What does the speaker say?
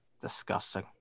Disgusting